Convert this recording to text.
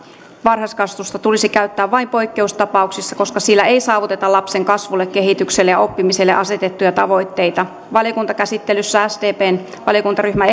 varhaiskasvatusta tulisi käyttää vain poikkeustapauksissa koska sillä ei saavuteta lapsen kasvulle kehitykselle ja oppimiselle asetettuja tavoitteita valiokuntakäsittelyssä sdpn valiokuntaryhmä